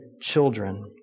children